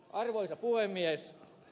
arvoisa puhemies